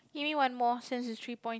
give me one more since it's three point